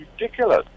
ridiculous